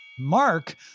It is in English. Mark